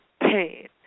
pain